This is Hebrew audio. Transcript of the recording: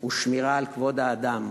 ושמירה על כבוד האדם,